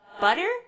Butter